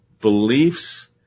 beliefs